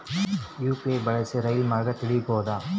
UPI ಬಳಸಿ ರೈಲು ಮಾರ್ಗ ತಿಳೇಬೋದ?